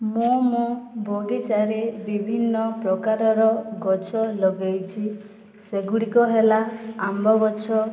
ମୁଁ ମୋ ବଗିଚାରେ ବିଭିନ୍ନ ପ୍ରକାରର ଗଛ ଲଗାଇଛି ସେଗୁଡ଼ିକ ହେଲା ଆମ୍ବ ଗଛ